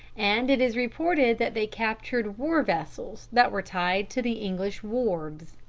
and it is reported that they captured war-vessels that were tied to the english wharves.